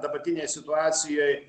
dabartinėj situacijoj